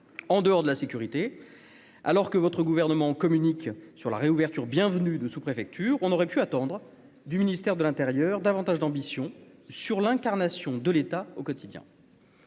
en dehors de la sécurité, alors que votre gouvernement communique sur la réouverture bienvenue de sous-préfecture, on aurait pu attendre du ministère de l'Intérieur davantage d'ambition sur l'incarnation de l'État au quotidien.